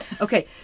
Okay